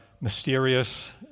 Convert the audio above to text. mysterious